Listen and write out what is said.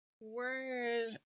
word